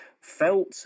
felt